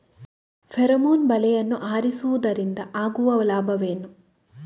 Pheromone ಬಲೆಯನ್ನು ಹಾಯಿಸುವುದರಿಂದ ಆಗುವ ಲಾಭವೇನು?